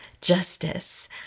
justice